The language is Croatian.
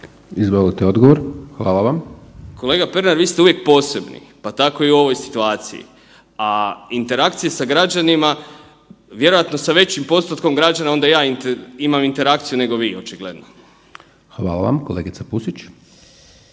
**Totgergeli, Miro (HDZ)** Kolega Pernar, vi ste uvijek posebni pa tako i u ovoj situaciji. A interakcije sa građanima, vjerojatno sa većim postotkom građana onda ja imam interakciju nego vi očigledno. **Hajdaš Dončić,